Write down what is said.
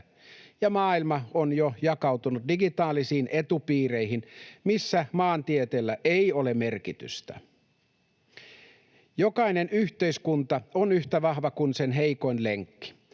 ja maailma on jo jakautunut digitaalisiin etupiireihin, missä maantieteellä ei ole merkitystä. Jokainen yhteiskunta on yhtä vahva kuin sen heikoin lenkki.